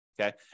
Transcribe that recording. Okay